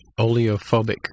oleophobic